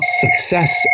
success